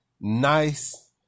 Nice